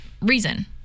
reason